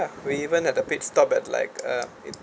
we even had a pit stop at like uh it